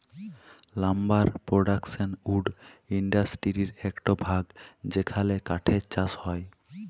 lumber production wood ইন্ডাসটিরির একট ভাগ যেখালে কাঠের চাষ হয়